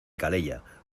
calella